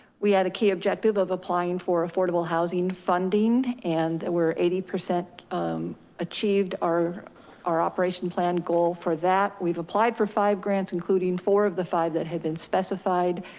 we had a key objective of applying for affordable housing funding, and we're eighty percent achieved our our operation plan goal for that. we've applied for five grants, including four of the five that had been specified.